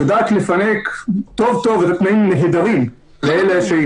יודעת לפנק היטב בתנאים נהדרים את אלה שהיא